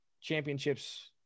Championships